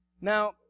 Now